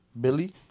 Billy